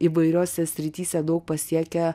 įvairiose srityse daug pasiekę